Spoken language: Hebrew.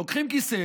לוקחים כיסא